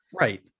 Right